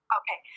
okay